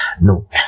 No